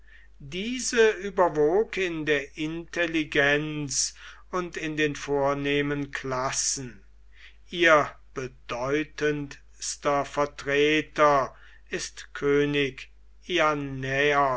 diese überwog in der intelligenz und in den vornehmen klassen ihr bedeutendster vertreter ist könig